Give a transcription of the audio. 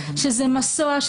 שזה מסוע,